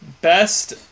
best